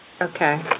Okay